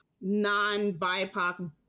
non-BiPOC